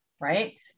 right